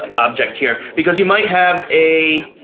and object here, because you might have a